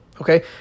Okay